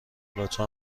لطفا